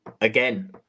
Again